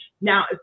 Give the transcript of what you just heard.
now